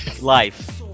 life